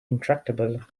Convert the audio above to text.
intractable